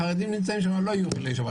איפה שהחרדים נמצאים לא יהיו חילולי שבת.